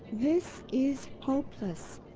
this is hopeless!